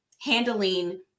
handling